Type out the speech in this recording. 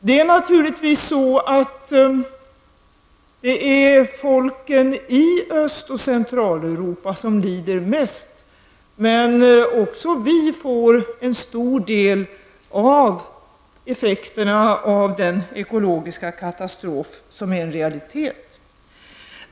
Det är naturligtvis folken i Öst och Centraleuropa som lider mest, men även vi får en stor del av effekterna av den ekologiska katastrof som är en realitet.